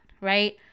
right